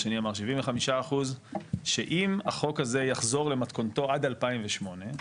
השני אמר 75% שאם החוק הזה יחזור למתכונתו עד 2008,